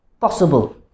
possible